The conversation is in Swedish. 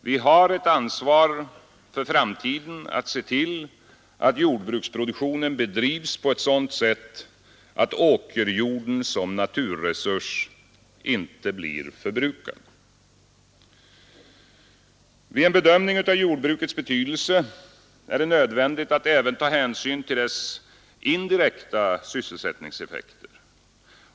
Vi har ett ansvar för framtiden att se till att jordbruksproduktionen bedrivs på ett sådant sätt att åkerjorden som naturresurs inte blir förbrukad. Vid en bedömning av jordbrukets betydelse är det nödvändigt att även ta hänsyn till dess indirekta sysselsättningseffekter.